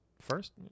first